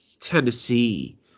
Tennessee